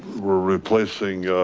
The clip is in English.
we're replacing